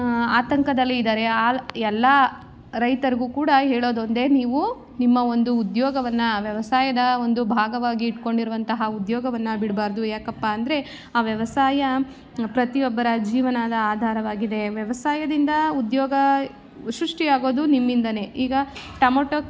ಆತಂಕದಲ್ಲಿದಾರೆ ಅಲ್ಲಿ ಎಲ್ಲ ರೈತರಿಗೂ ಕೂಡ ಹೇಳೋದೊಂದೇ ನೀವು ನಿಮ್ಮ ಒಂದು ಉದ್ಯೋಗವನ್ನು ವ್ಯವಸಾಯದ ಒಂದು ಭಾಗವಾಗಿ ಇಟ್ಕೊಂಡಿರುವಂತಹ ಉದ್ಯೋಗವನ್ನು ಬಿಡಬಾರ್ದು ಯಾಕಪ್ಪ ಅಂದರೆ ಆ ವ್ಯವಸಾಯ ಪ್ರತಿಯೊಬ್ಬರ ಜೀವನದ ಆಧಾರವಾಗಿದೆ ವ್ಯವಸಾಯದಿಂದ ಉದ್ಯೋಗ ಸೃಷ್ಟಿಯಾಗೋದು ನಿಮ್ಮಿಂದಲೇ ಈಗ ಟಮೊಟೋ